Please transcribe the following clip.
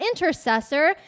intercessor